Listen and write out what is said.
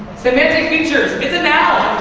semantic features, it's a noun.